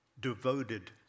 devoted